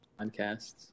podcasts